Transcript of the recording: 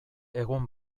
egun